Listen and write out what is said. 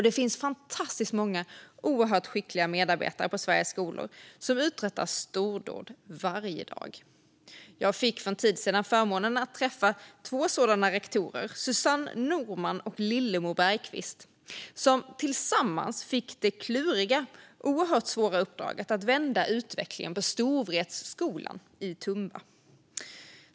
Det finns fantastiskt många oerhört skickliga medarbetare på Sveriges skolor, som uträttar stordåd varje dag. Jag fick för en tid sedan förmånen att träffa två sådana rektorer, Susanne Norman och Lillemor Bergquist, som tillsammans fått det kluriga och oerhört svåra uppdraget att vända utvecklingen på Storvretskolan i Tumba.